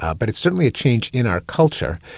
ah but it's certainly a change in our culture,